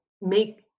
make